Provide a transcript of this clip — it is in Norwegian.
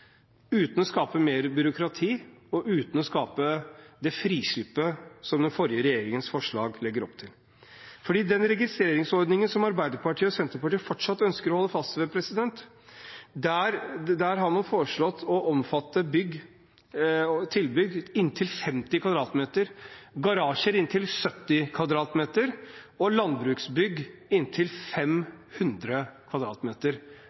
uten å skape mer byråkrati, og uten å skape det frislippet som den forrige regjeringens forslag la opp til. Den registreringsordningen som Arbeiderpartiet og Senterpartiet fortsatt ønsker å holde fast ved, har man foreslått skal omfatte tilbygg på inntil 50 m2, garasjer på inntil 70 m2 og landbruksbygg på inntil